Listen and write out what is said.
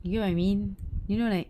you get what I mean you know like